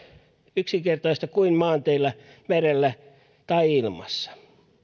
yksinkertaista kuin maanteillä merellä tai ilmassa